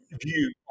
view